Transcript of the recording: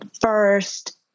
first